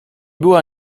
była